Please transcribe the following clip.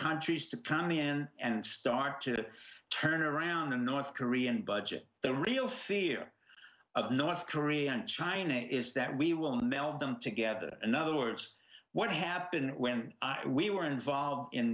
countries to come in and start to turn around a north korean budget the real fear of north korea and china is that we will meld them together in other words what happened when we were involved in